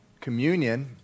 communion